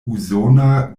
usona